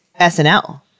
SNL